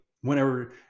whenever